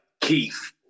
Keith